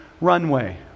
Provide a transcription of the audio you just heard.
runway